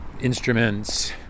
instruments